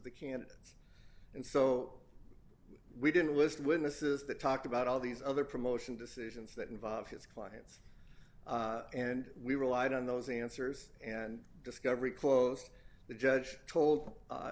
the candidate and so we didn't list witnesses that talked about all these other promotion decisions that involve his clients and we relied on those answers and discovery closed the judge told